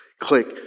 click